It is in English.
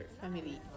family